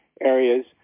areas